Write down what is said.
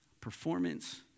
Performance